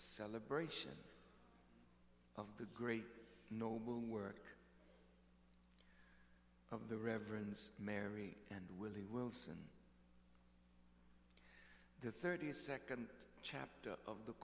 celebration of the great normal work of the reverence mary and willie wilson the thirty second chapter of the